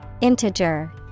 Integer